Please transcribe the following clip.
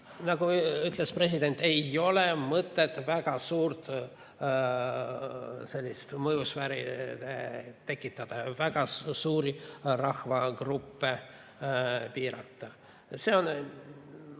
nagu ütles president, ei ole mõtet väga suurt mõjusfääri tekitada või väga suuri rahvagruppe piirata. Muide,